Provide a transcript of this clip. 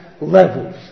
levels